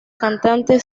cantante